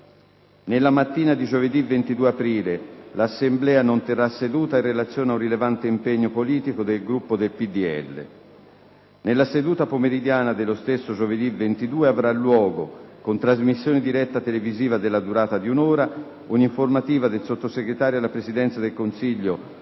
Nella mattina di giovedì 22 aprile l'Assemblea non terrà seduta in relazione ad un rilevante impegno politico del Gruppo PdL. Nella seduta pomeridiana dello stesso giovedì 22 avrà luogo, con trasmissione diretta televisiva della durata di un'ora, un'informativa del sottosegretario alla Presidenza del Consiglio